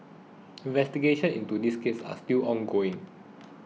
investigations into this case are still ongoing